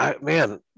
man